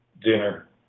dinner